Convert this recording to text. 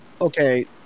Okay